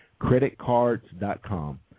creditcards.com